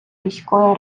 міської